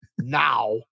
now